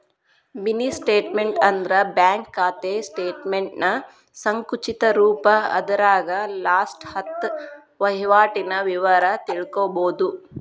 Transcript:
mini statement ಅಂದ್ರ bank ಖಾತೆ ಸ್ಟೇಟಮೆಂಟ್ನ ಸಂಕುಚಿತ ರೂಪ ಅದರಾಗ ಲಾಸ್ಟ ಹತ್ತ ವಹಿವಾಟಿನ ವಿವರ ತಿಳ್ಕೋಬೋದು